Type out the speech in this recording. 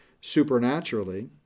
supernaturally